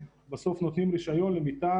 אלו בתי חולים שנותנים שירות חיוני למלחמה בקורונה.